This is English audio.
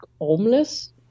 homeless